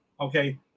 okay